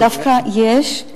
דווקא יש,